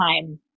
time